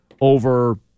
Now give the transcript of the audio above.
over